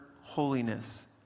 holiness